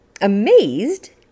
amazed